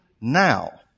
now